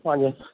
हजुर